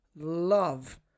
love